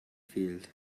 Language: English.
field